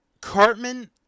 Cartman